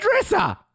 Dresser